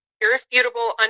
irrefutable